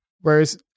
whereas